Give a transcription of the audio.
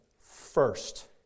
First